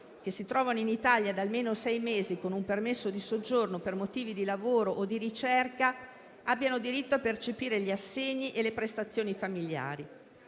che si trovano in Italia da almeno sei mesi, con un permesso di soggiorno per motivi di lavoro o di ricerca, abbiano diritto a percepire gli assegni e le prestazioni familiari.